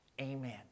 amen